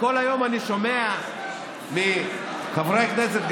שכל היום אני שומע מחברי הכנסת,